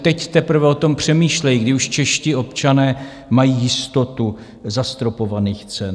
Teď teprve o tom přemýšlejí, kdy už čeští občané mají jistotu zastropovaných cen.